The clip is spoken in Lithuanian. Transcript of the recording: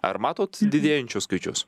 ar matot didėjančius skaičius